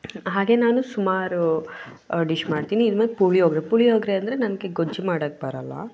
ಹಾಗೇ ನಾನು ಸುಮಾರು ಡಿಶ್ ಮಾಡ್ತೀನಿ ಇನ್ನು ಪುಳಿಯೋಗರೆ ಪುಳಿಯೋಗರೆ ಅಂದರೆ ನನಗೆ ಗೊಜ್ಜು ಮಾಡೋಕೆ ಬರೋಲ್ಲ